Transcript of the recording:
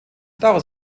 daraus